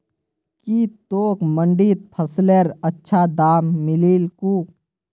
की तोक मंडीत फसलेर अच्छा दाम मिलील कु